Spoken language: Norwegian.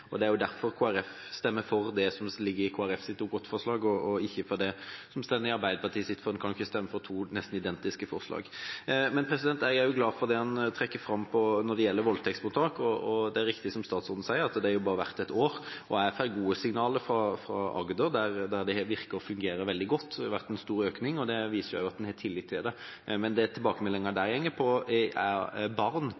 og det er derfor Kristelig Folkeparti stemmer for det som ligger i Kristelig Folkepartis Dokument 8-forslag, og ikke for det som står i Arbeiderpartiets, for en kan jo ikke stemme for to nesten identiske forslag. Jeg er også glad for det man trekker fram når det gjelder voldtektsmottak. Det er riktig som statsråden sier, at det bare har vært et år, og jeg får gode signaler fra Agder, der det har virket å fungere veldig godt. Det har vært en stor økning, og det viser også at en har tillit til det. Men det